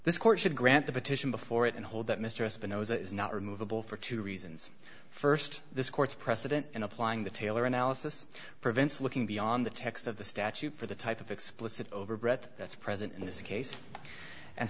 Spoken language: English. this court should grant the petition before it and hold that mr espinosa is not removable for two reasons st this court's precedent in applying the taylor analysis prevents looking beyond the text of the statute for the type of explicit over breath that's present in this case and